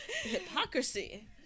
Hypocrisy